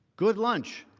good lunch,